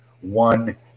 one